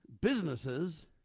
businesses